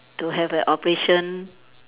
to have an operation